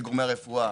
זה גורמי הרפואה,